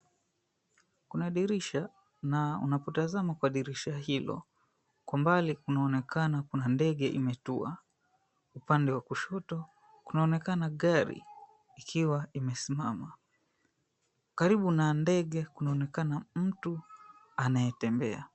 Kuna dirisha na unapotazama kwa dirisha hilo kwa mbali kunaonekana kuna ndege imetua. Upande wa kushoto kunaonekana gari ikiwa imesimama. Karibu na ndege kunaonekana mtu anayetembea.